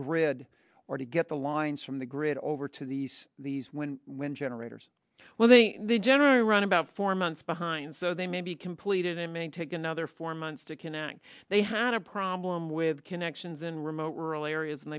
grid or to get the lines from the grid over to these these when wind generators well they generally run about four months behind so they may be completed in main take another four months to connect they had a problem with connections in remote rural areas and